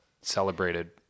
celebrated